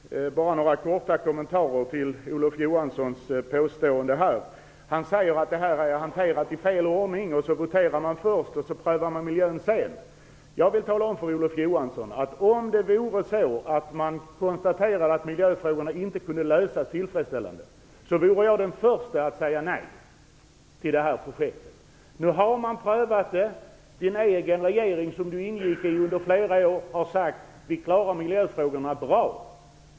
Fru talman! Jag skall bara ge några korta kommentarer till Olof Johanssons påståenden. Han säger att ärendet har hanterats i fel ordning, att man voterar först och prövar miljön sedan. Jag vill tala om för Olof Johansson att jag skulle vara den förste som sade nej till det här projektet om det hade konstaterats att miljöfrågorna inte skulle kunna lösas på ett tillfredsställande sätt. Nu har man prövat detta. Den regering som Olof Johansson ingick i under flera år har sagt att man kan lösa miljöfrågorna på ett bra sätt.